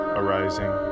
arising